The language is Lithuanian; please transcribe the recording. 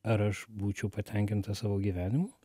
ar aš būčiau patenkintas savo gyvenimu